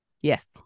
yes